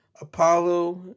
Apollo